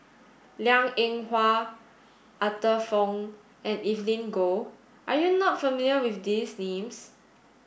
Liang Eng Hwa Arthur Fong and Evelyn Goh are you not familiar with these names